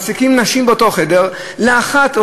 מעסיקים נשים באותו חדר: אחת,